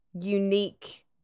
unique